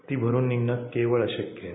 ती भरुन निघने केवळ अशक्य आहे